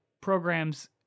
programs